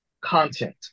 content